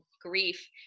grief